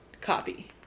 copy